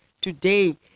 today